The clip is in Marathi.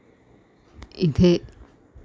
इथे